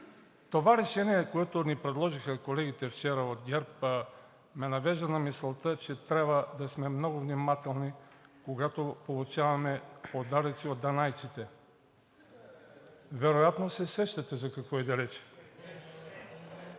Това решение, което вчера ни предложиха колегите от ГЕРБ, ме навежда на мисълта, че трябва да сме много внимателни, когато получаваме подаръци от данайците. Вероятно се сещате за какво иде